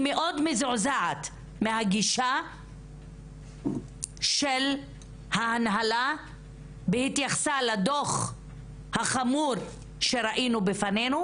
אני מאוד מזועזעת מהגישה של ההנהלה בהתייחסה לדוח החמור שראינו בפנינו.